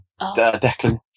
Declan